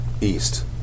east